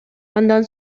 андан